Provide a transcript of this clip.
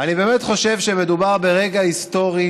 אני באמת חושב שמדובר ברגע היסטורי